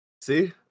See